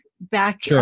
back